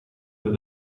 that